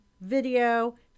video